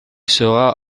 sera